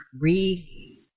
re